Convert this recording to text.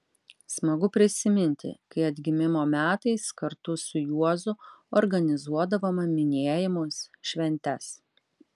smagu prisiminti kai atgimimo metais kartu su juozu organizuodavome minėjimus šventes